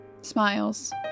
Smiles